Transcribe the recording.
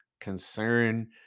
concern